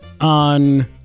on